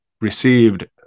received